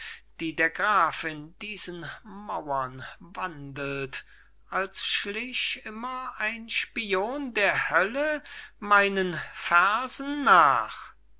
die der graf in diesen mauren wandelt als schlich immer ein spion der hölle meinen fersen nach